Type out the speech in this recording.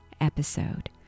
episode